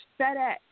FedEx